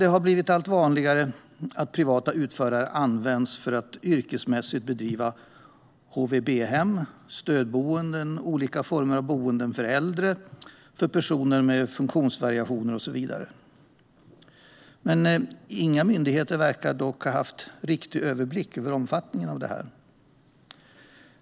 Det har blivit allt vanligare att privata utförare används för att yrkesmässigt driva HVB-hem, stödboenden, olika former av boenden för äldre och personer med funktionsvariationer och så vidare. Inga myndigheter verkar dock ha haft riktig överblick över omfattningen av det här.